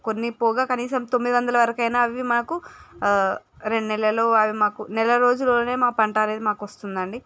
కొన్ని పోగా కనీసం తొమ్మిదొందలవరకైనా అవి మనకు ఆ రెండు నెలల్లో అవి మాకు నెలరోజుల్లోనే మా పంట అనేది మాకు వస్తుందండి